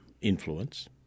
influence